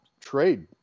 trade